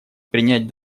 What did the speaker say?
принять